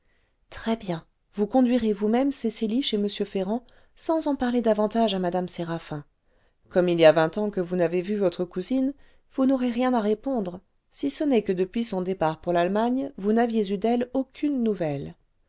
très-bien vous conduirez vous-même cecily chez m ferrand sans en parler davantage à mme séraphin comme il y a vingt ans que vous n'avez vu votre cousine vous n'aurez rien à répondre si ce n'est que depuis son départ pour l'allemagne vous n'aviez eu d'elle aucune nouvelle